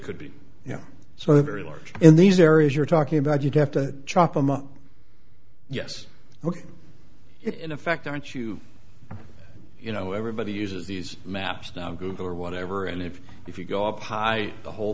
could be you know so very large in these areas you're talking about you'd have to chop them up yes ok it in effect aren't you you know everybody uses these maps now google or whatever and if if you go up high the whole